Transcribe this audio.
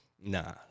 nah